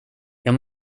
jag